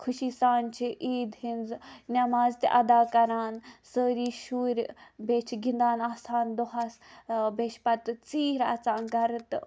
خوشی سان چھِ عید ہنٛز نماز تہِ ادا کران سٲری شُرۍ بیٚیہِ چھِ گِندان آسان دۄہس بیٚیہِ چھِ پَتہٕ ژیٖر اَژان گَرٕ تہٕ